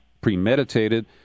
premeditated